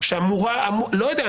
לא יודע,